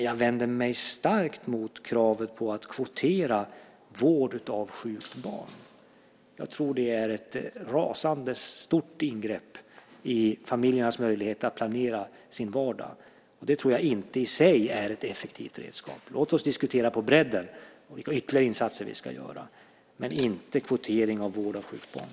Jag vänder mig starkt mot kravet på att kvotera vård av sjukt barn. Jag tror att det är ett rasande stort ingrepp i familjernas möjlighet att planera sin vardag. Det tror jag inte i sig är ett effektivt redskap. Låt oss diskutera på bredden vilka ytterligare insatser vi ska göra, men inte kvotering av vård av sjukt barn.